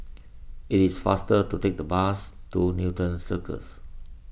it is faster to take the bus to Newton Circus